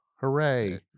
Hooray